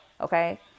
okay